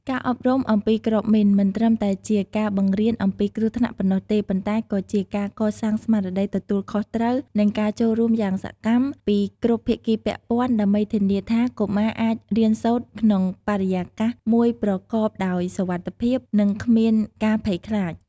ការអប់រំអំពីគ្រាប់មីន មិនត្រឹមតែជាការបង្រៀនអំពីគ្រោះថ្នាក់ប៉ុណ្ណោះទេ ប៉ុន្តែក៏ជាការកសាងស្មារតីទទួលខុសត្រូវ និងការចូលរួមយ៉ាងសកម្មពីគ្រប់ភាគីពាក់ព័ន្ធ ដើម្បីធានាថាកុមារអាចរៀនសូត្រក្នុងបរិយាកាសមួយប្រកបដោយសុវត្ថិភាព និងគ្មានការភ័យខ្លាច។